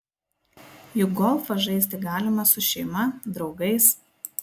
juk golfą žaisti galima su šeima draugais